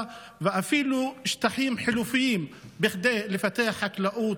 ואפילו שטחים חלופיים כדי לפתח חקלאות,